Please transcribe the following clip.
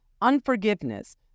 unforgiveness